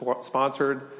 sponsored